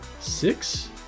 six